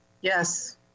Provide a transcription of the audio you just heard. Yes